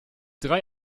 drei